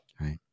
right